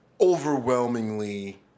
overwhelmingly